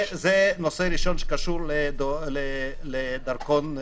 זה נושא ראשון שקשור לדרכון ירוק.